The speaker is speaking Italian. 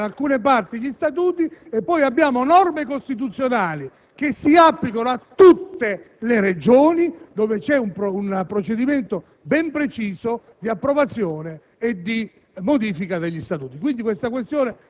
un soggetto così anonimo), di modificare alcune parti di Statuti; poi abbiamo norme costituzionali che si applicano a tutte le Regioni dove c'è un procedimento ben preciso di approvazione